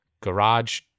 garage